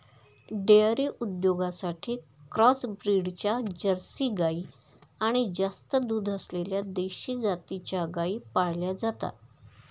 dairy उद्योगासाठी cross ब्रीडच्या Jersey गाई आणि जास्त दूध असलेल्या देशी जातीच्या गायी पाळल्या जातात